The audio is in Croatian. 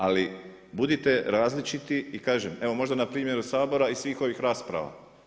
Ali budite različiti i kažem, evo možda na primjer od Sabora i svih ovih rasprava.